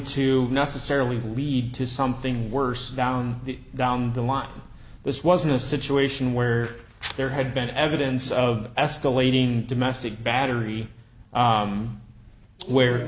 to necessarily lead to something worse down the down the line this wasn't a situation where there had been evidence of escalating domestic battery where